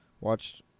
Watched